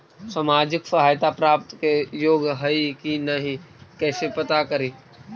सामाजिक सहायता प्राप्त के योग्य हई कि नहीं कैसे पता करी?